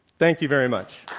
thank you very much.